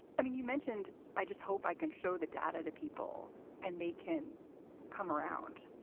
i mean, you mentioned i just hope i can show the data to people and they can come around.